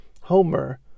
Homer